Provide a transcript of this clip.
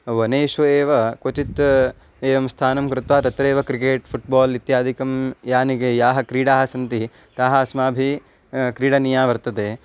वनेषु एव क्वचित् एवं स्थानं कृत्वा तत्रैव क्रिकेट् फुट्बाल् इत्यादिकं यानि याः क्रीडाः सन्ति ताः अस्माभिः क्रीडनीया वर्तते